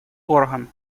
орган